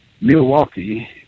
Milwaukee